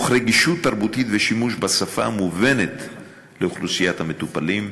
תוך רגישות תרבותית ושימוש בשפה המובנת לאוכלוסיית המטופלים.